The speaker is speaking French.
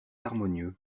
harmonieux